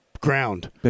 ground